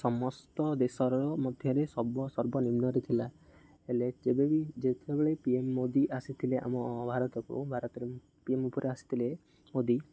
ସମସ୍ତ ଦେଶର ମଧ୍ୟରେ ସର୍ବ ସର୍ବ ନିମ୍ନରେ ଥିଲା ହେଲେ ଯେବେବି ଯେତେବେଳେ ପି ଏମ୍ ମୋଦୀ ଆସିଥିଲେ ଆମ ଭାରତକୁ ଭାରତରେ ପି ଏମ୍ ରୂପରେ ଆସିଥିଲେ ମୋଦୀ